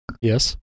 Yes